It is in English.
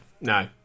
no